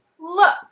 look